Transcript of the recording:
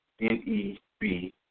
N-E-B